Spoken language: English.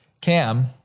Cam